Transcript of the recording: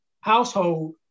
household